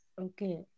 okay